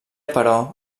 però